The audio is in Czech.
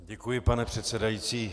Děkuji, pane předsedající.